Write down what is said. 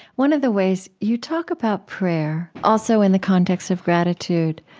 one of the ways you talk about prayer, also in the context of gratitude,